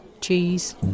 cheese